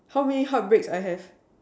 how many heartbreaks I have